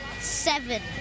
seven